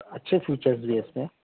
اچھے فیچرس بھی ہے اس میں